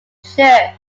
church